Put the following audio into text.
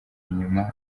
inyuma